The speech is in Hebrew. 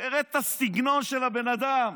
תראה את הסגנון של הבן אדם,